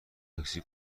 تاکسی